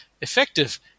effective